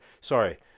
sorry